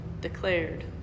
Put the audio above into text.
declared